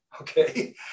Okay